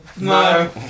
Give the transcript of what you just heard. No